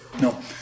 No